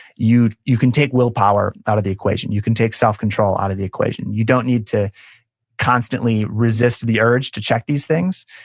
you you can take willpower out of the equation. you can take self-control out of the equation. you don't need to constantly resist the urge to check these things,